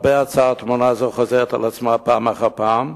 למרבה הצער תמונה זו חוזרת על עצמה פעם אחר פעם,